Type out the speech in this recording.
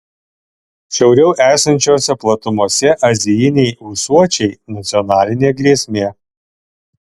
šiauriau esančiose platumose azijiniai ūsuočiai nacionalinė grėsmė